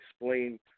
explain